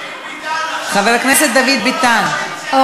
חבר הכנסת דוד ביטן,